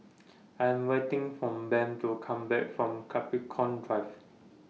I Am waiting For Ben to Come Back from Capricorn Drive